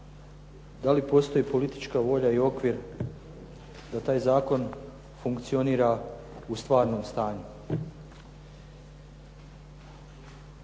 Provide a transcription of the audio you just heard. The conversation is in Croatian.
da li postoji politička volja i okvir da taj zakon funkcionira u stvarnom stanju.